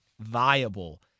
viable